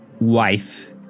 wife